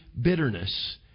bitterness